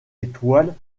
étoile